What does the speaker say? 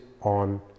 on